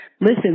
listen